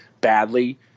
badly